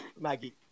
Maggie